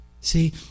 See